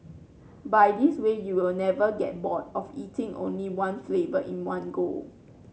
by this way you'll never get bored of eating only one flavour in one go